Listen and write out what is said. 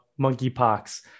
monkeypox